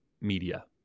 media